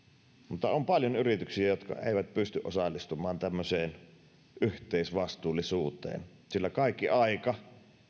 mutta on paljon yrityksiä jotka eivät pysty osallistumaan tämmöiseen yhteisvastuullisuuteen sillä kaikki aika